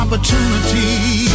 Opportunity